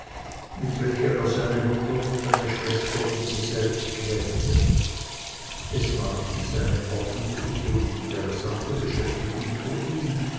mit welcher er seine mutter seine schwester und sich selbst quälte es ward dies eine ordentliche und interessante beschäftigung für ihn